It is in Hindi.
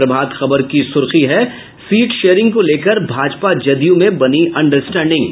प्रभात खबर की सुर्खी है सीट शेयरिंग को लेकर भाजपा जदयू में बनी अंडरस्टैंडिंग